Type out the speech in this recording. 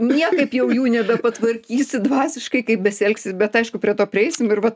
niekaip jau jų nebepatvarkysi dvasiškai kaip besielgsit bet aišku prie to prieisim ir vat